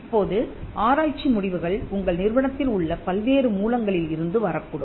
இப்போது ஆராய்ச்சி முடிவுகள் உங்கள் நிறுவனத்தில் உள்ள பல்வேறு மூலங்களில் இருந்து வரக் கூடும்